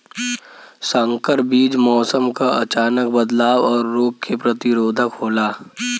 संकर बीज मौसम क अचानक बदलाव और रोग के प्रतिरोधक होला